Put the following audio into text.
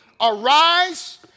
arise